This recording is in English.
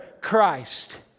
Christ